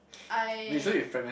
I